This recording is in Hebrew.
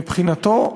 מבחינתו,